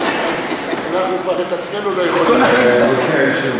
אנחנו כבר את עצמנו לא יכולים, בבקשה.